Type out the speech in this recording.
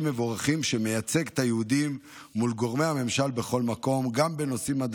מבורכים שמייצג את היהודים מול גורמי הממשל בכל מקום,